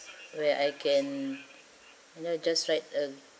where I can you know just write a